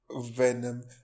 Venom